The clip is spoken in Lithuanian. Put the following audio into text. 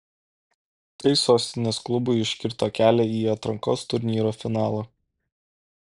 tai sostinės klubui užkirto kelią į atrankos turnyro finalą